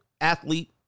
athlete